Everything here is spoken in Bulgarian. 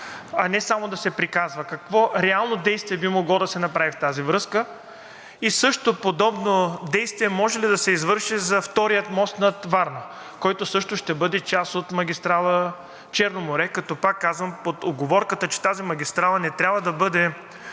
а не само да се приказва какво реално действие би могло да се направи в тази връзка? И също подобно действие може ли да се извърши за втория мост над Варна, който също ще бъде част от магистрала „Черно море“, като пак казвам, с уговорката, че тази магистрала не трябва да бъде